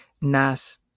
Nas